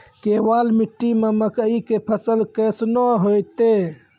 केवाल मिट्टी मे मकई के फ़सल कैसनौ होईतै?